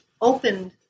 opened